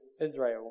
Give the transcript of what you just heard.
Israel